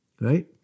Right